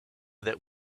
that